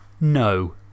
No